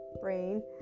brain